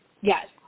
yes